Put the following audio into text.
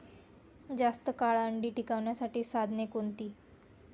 जास्त काळ अंडी टिकवण्यासाठी साधने कोणती?